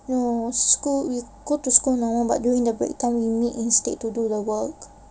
no school you go to school no but during the break time we meet instead to do the work